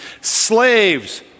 Slaves